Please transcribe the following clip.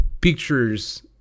pictures